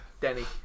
Danny